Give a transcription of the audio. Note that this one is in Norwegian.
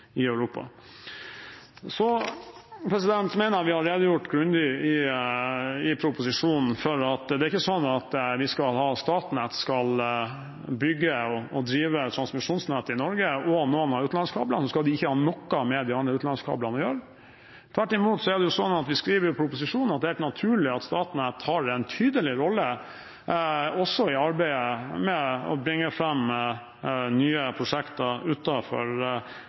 Europa. Jeg mener vi har redegjort grundig i proposisjonen for at det ikke er sånn at hvis Statnett skal bygge og drive transmisjonsnett i Norge og noen av utenlandskablene, skal de ikke ha noe med de andre utenlandskablene å gjøre. Tvert imot er det slik at vi skriver i proposisjonen at det er helt naturlig at Statnett har en tydelig rolle også i arbeidet med å bringe fram nye prosjekter